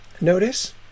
Notice